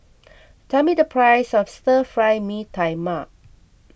tell me the price of Stir Fry Mee Tai Mak